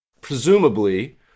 Presumably